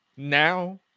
Now